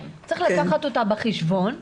צריך לקחת אותה בחשבון,